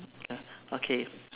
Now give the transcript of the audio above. okay